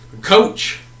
Coach